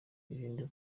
irinde